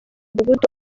mudugudu